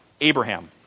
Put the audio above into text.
Abraham